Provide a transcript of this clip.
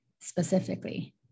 specifically